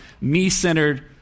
me-centered